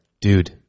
dude